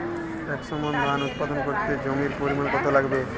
একশো মন ধান উৎপাদন করতে জমির পরিমাণ কত লাগবে?